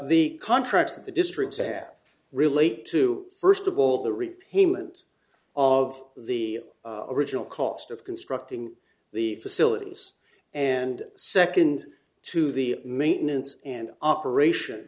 the contracts that the districts have relate to first of all the repayment of the original cost of constructing the facilities and second to the maintenance and operation